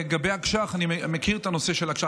לגבי אגש"ח, אני מכיר את הנושא של אגש"ח.